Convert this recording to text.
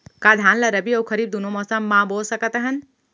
का धान ला रबि अऊ खरीफ दूनो मौसम मा बो सकत हन?